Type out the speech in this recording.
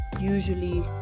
usually